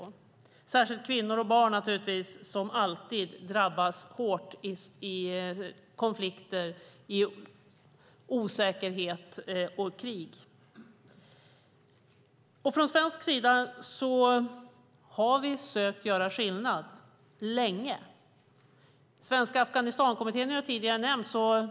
Det gäller naturligtvis särskilt kvinnor och barn som alltid drabbas hårt i konflikter, osäkerhet och krig. Från svensk sida har vi sökt göra skillnad länge. Svenska Afghanistankommittén har tidigare nämnts.